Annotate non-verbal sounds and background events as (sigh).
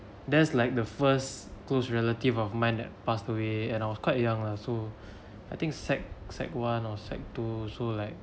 that's like the first close relative of mine that passed away and I was quite young lah so (breath) I think sec sec one or sec two so like